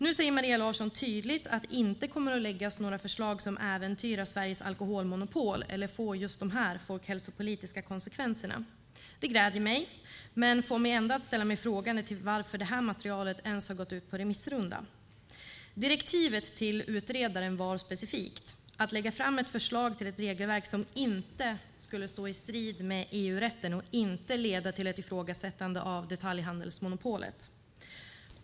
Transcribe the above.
Nu säger Maria Larsson tydligt att det inte kommer att läggas fram några förslag som äventyrar Sveriges alkoholmonopol eller får just dessa folkhälsopolitiska konsekvenser. Det gläder mig, men det får mig ändå att ställa mig frågande till varför detta material ens har gått ut på remissrunda. Direktivet till utredaren var specifikt att lägga fram ett förslag till ett regelverk som inte skulle stå i strid med EU-rätten och inte leda till ett ifrågasättande av detaljhandelsmonopolet.